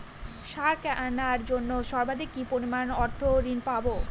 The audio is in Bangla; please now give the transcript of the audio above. সার কেনার জন্য সর্বাধিক কি পরিমাণ অর্থ ঋণ পাব?